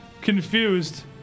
confused